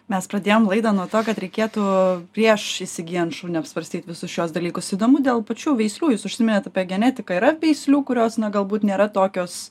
mes pradėjome laidą nuo to kad reikėtų prieš įsigyjant šunį apsvarstyt visus šiuos dalykus įdomu dėl pačių veislių jūs užsiminėt apie genetiką yra veislių kurios galbūt nėra tokios